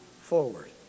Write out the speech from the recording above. forward